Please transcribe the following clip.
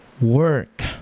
work